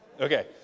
Okay